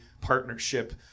partnership